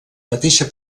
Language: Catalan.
mateixa